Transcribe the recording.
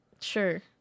Sure